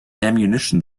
ammunition